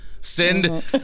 Send